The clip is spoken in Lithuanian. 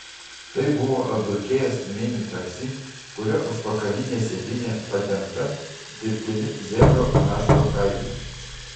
tai buvo apdulkėjęs mini taksi kurio užpakalinė sėdynė padengta dirbtiniu zebro rašto kailiu